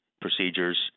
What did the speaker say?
procedures